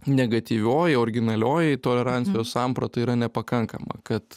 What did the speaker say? negatyvioji originalioji tolerancijos samprata yra nepakankama kad